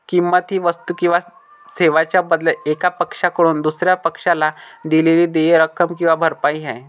किंमत ही वस्तू किंवा सेवांच्या बदल्यात एका पक्षाकडून दुसर्या पक्षाला दिलेली देय रक्कम किंवा भरपाई आहे